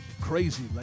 Crazy